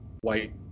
white